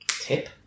Tip